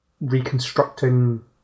reconstructing